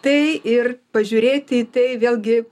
tai ir pažiūrėti į tai vėlgi